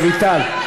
רויטל.